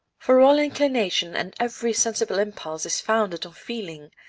for all inclination and every sensible impulse is founded on feeling,